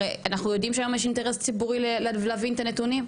אנחנו יודעים שיש היום אינטרס ציבורי להבין את הנתונים?